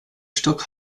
stock